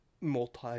multi